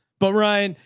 but ryan,